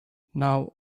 now